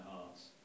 hearts